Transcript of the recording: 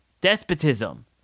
despotism